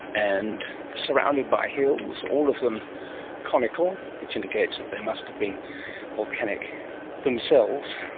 and surrounded by hills, all of them conical, which indicates that they must have been volcanic themselves.